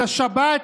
את השבת,